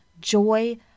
joy